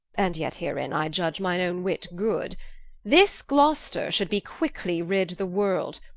and yet herein i iudge mine owne wit good this gloster should be quickly rid the world,